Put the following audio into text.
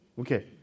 Okay